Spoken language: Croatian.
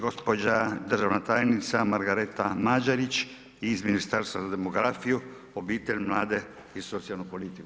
Gospođa državna tajnica Margareta Mađerić iz Ministarstva za demografiju, obitelj, mlade i socijalnu politiku.